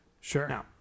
Sure